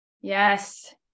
Yes